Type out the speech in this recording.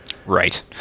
right